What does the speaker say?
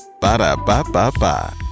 Ba-da-ba-ba-ba